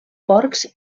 porcs